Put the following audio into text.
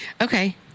Okay